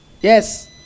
Yes